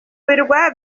birwa